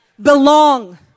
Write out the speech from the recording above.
belong